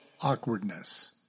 awkwardness